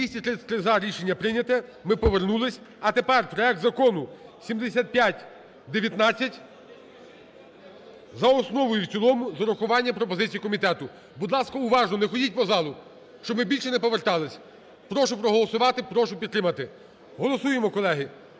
за. Рішення прийняте. Ми повернулись. А тепер проект Закону 7519 за основу і в цілому з врахуванням пропозицій комітету. Будь ласка, уважно, не ходіть по залу, щоб ми більше не повертались. Прошу проголосувати, прошу підтримати. Голосуємо, колеги.